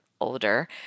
older